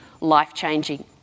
life-changing